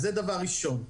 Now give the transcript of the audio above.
זה דבר ראשון.